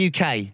UK